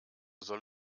soll